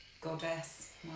goddess